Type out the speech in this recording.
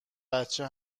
بچه